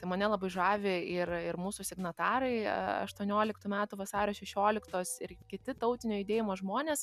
tai mane labai žavi ir ir mūsų signatarai aštuonioliktų metų vasario šešioliktos ir kiti tautinio judėjimo žmonės